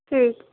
ٹھیک